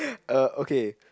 uh okay